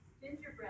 Gingerbread